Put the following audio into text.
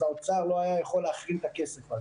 אז האוצר לא היה יכול להחרים את הכסף הזה.